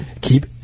keep